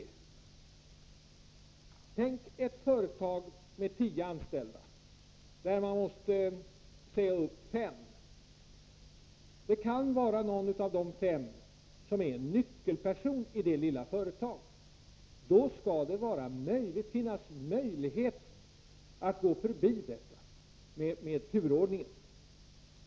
Låt oss tänka oss ett företag med tio anställda, där man måste säga upp fem. Någon av dessa fem kan vara en nyckelperson i detta lilla företag. Då skall det finnas möjlighet att gå förbi reglerna om turordning.